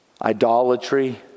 idolatry